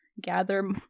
gather